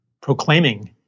proclaiming